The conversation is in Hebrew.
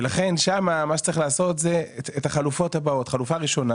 ולכן שם מה שצריך לעשות זה את החלופות הבאות: חלופה ראשונה